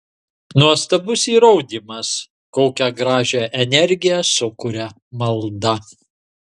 nuostabus įrodymas kokią gražią energiją sukuria malda